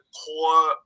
core